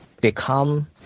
become